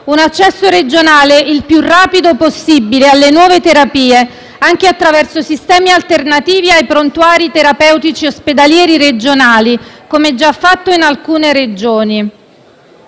un accesso regionale il più rapido possibile alle nuove terapie, anche attraverso sistemi alternativi ai prontuari terapeutici ospedalieri regionali, come già fatto in alcune Regioni.